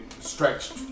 stretched